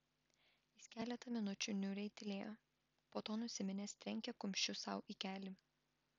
jis keletą minučių niūriai tylėjo po to nusiminęs trenkė kumščiu sau į kelį